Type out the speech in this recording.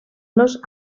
los